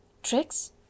Tricks